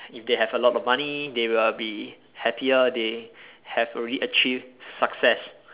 if they have a lot of money they will be happier they have already achieve success